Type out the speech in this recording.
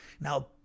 Now